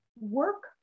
work